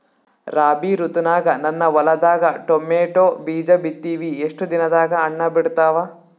ರಾಬಿ ಋತುನಾಗ ನನ್ನ ಹೊಲದಾಗ ಟೊಮೇಟೊ ಬೀಜ ಬಿತ್ತಿವಿ, ಎಷ್ಟು ದಿನದಾಗ ಹಣ್ಣ ಬಿಡ್ತಾವ?